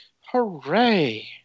Hooray